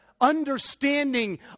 understanding